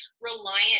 reliant